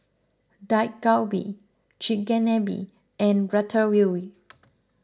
Dak Galbi Chigenabe and Ratatouille